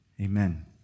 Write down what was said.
Amen